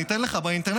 אני אתן לך באינטרנט,